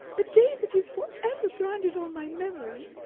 a day that is for ever branded on my memory,